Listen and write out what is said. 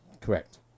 correct